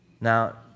Now